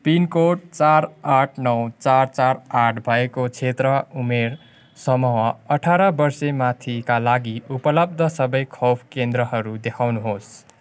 pin code चार आठ नौ चार चार आठ भएको क्षेत्र उमेर समूह अठार वर्षे माथिका लागि उपलब्ध सबै खोप केन्द्रहरू देखाउनु होस्